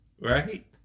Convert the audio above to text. Right